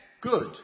good